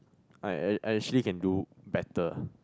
I I I actually can do better